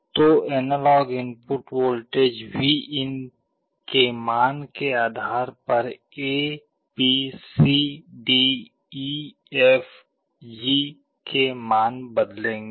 तो analog input voltage Vin के मान के आधार पर A B C D E F G के मान बदलेंगे